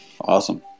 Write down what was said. awesome